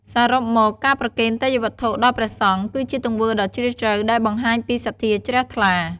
សរុបមក ការប្រគេនទេយ្យវត្ថុដល់ព្រះសង្ឃ គឺជាទង្វើដ៏ជ្រាលជ្រៅដែលបង្ហាញពីសទ្ធាជ្រះថ្លា។